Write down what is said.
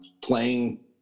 playing